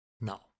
No